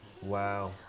Wow